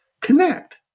connect